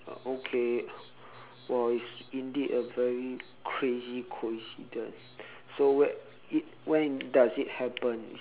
okay !wow! it's indeed a very crazy coincidence so wh~ it when does it happen